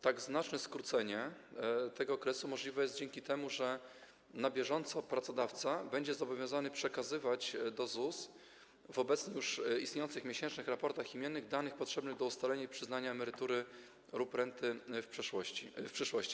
Tak znaczne skrócenie tego okresu możliwe jest dzięki temu, że na bieżąco pracodawca będzie zobowiązany przekazywać do ZUS w obecnie już istniejących miesięcznych raportach imiennych dane potrzebne do ustalenia i przyznania emerytury lub renty w przyszłości.